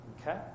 Okay